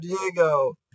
Diego